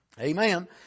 Amen